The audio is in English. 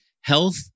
health